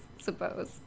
suppose